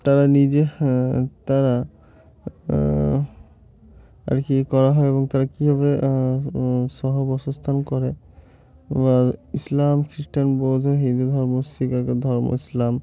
তারা নিজে তারা আর কি করা হয় এবং তারা কীভাবে সহবস্থান করে বা ইসলাম খ্রিস্টান বৌদ্ধ হিন্দু ধর্ম শিখ এক ধর্ম ইসলাম